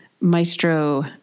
maestro